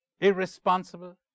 irresponsible